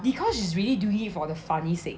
because it's really do it for the funny sake